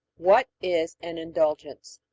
what is an indulgence?